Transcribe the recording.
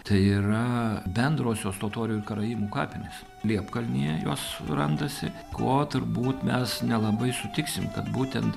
tai yra bendrosios totorių ir karaimų kapinės liepkalnyje jos randasi ko turbūt mes nelabai sutiksim kad būtent